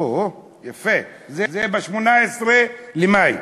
אוהו, יפה, זה ב-18 במאי.